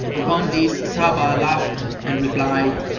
upon this sabbah laughed and replied,